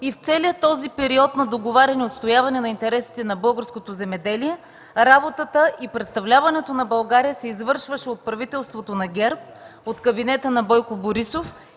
г. В целия този период на договаряне, отстояване на интересите на българското земеделие работата и представляването на България се извършваше от правителството на ГЕРБ, от кабинета на Бойко Борисов.